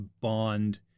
bond